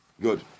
Good